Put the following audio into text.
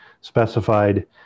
specified